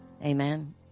Amen